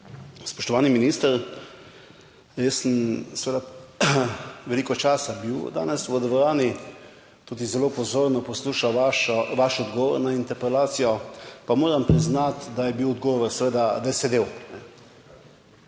Spoštovani minister, jaz sem seveda veliko časa bil danes v dvorani, tudi zelo pozorno poslušal vaš odgovor na interpelacijo, pa moram priznati, da je bil odgovor seveda, da je sedel.